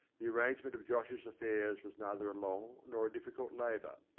the arrangement of josh's affairs was neither a long nor a difficult labour.